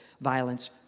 violence